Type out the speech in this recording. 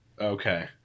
Okay